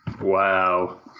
Wow